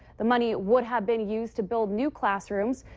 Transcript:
the money would have been used to build new classrooms,